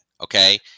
okay